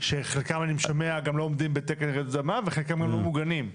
שחלקם אני שומע גם לא עומדים בתקן רעידות אדמה וחלקם גם לא מוגנים.